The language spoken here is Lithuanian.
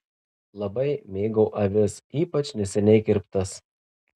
labai mėgau avis ypač neseniai kirptas